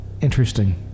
interesting